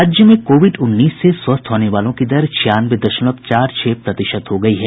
राज्य में कोविड उन्नीस से स्वस्थ होने वालों की दर छियानवे दशमलव चार छह प्रतिशत हो गई है